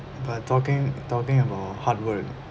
but talking talking about hard work